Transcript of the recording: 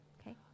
Okay